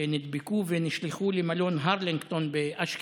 שנדבקו ונשלחו למלון הרלינגטון באשקלון.